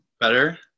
Better